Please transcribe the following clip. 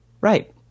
Right